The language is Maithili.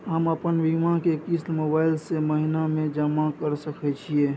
हम अपन बीमा के किस्त मोबाईल से महीने में जमा कर सके छिए?